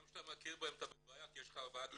וגם כשאתה מכיר בהם אתה בבעיה כי יש לך ארבעה תקנים.